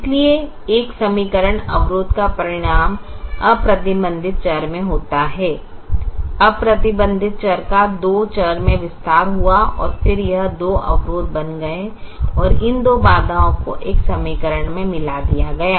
इसलिए एक समीकरण अवरोध का परिणाम अप्रतिबंधित चर में होता है अप्रतिबंधित चर का दो चर में विस्तार हुआ और फिर यह दो अवरोध बन गए और इन दो बाधाओं को एक समीकरण में मिला दिया गया